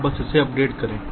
आप बस इसे अपडेट करें